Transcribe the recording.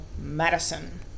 Madison